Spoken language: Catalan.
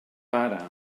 pare